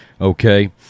Okay